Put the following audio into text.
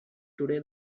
today